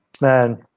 Man